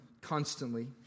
constantly